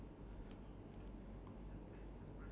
what is the best surprise